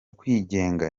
kwigenga